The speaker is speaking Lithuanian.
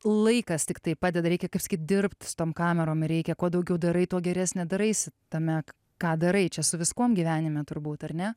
laikas tiktai padeda reikia kaip sakyt dirbt su tom kamerom reikia kuo daugiau darai tuo geresnė daraisi tame ką darai čia su viskuo gyvenime turbūt ar ne